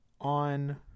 on